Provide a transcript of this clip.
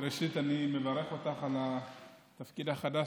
ראשית, אני מברך אותך על התפקיד החדש.